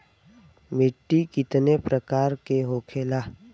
मिट्टी कितने प्रकार के होखेला?